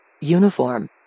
Uniform